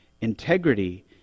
Integrity